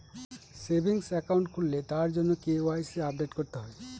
savings account খুললে তার জন্য কে.ওয়াই.সি আপডেট করতে হয়